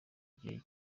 gihe